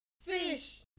Fish